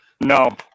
No